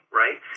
right